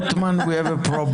Rothman, we have a problem.